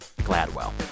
Gladwell